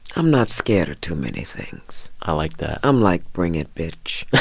i'm not scared of too many things i like that i'm like, bring it, bitch.